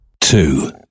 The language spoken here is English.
two